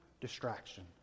distraction